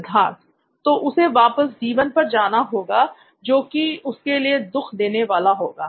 सिद्धार्थ तो उसे वापस D1 पर जाना होगा जो कि उसके लिए दुख देने वाला होगा